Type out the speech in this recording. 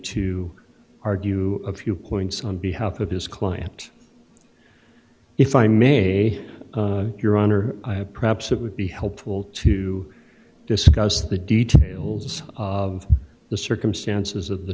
to argue a few points on behalf of his client if i may your honor i have perhaps it would be helpful to discuss the details of the circumstances of the